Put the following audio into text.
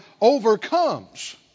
overcomes